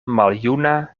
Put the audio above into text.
maljuna